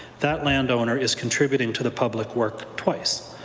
that landowner is contributing to the public work twice.